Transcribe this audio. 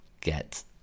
get